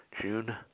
June